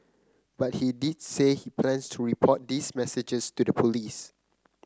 but he did say he plans to report these messages to the police